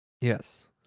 Yes